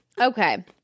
Okay